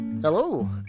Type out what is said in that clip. Hello